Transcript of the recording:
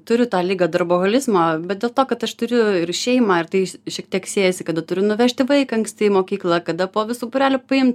turiu tą ligą darboholizmo bet dėl to kad aš turiu ir šeimą ir tai šiek tiek siejasi kada turiu nuvežti vaiką anksti į mokyklą kada po visų būrelių paimt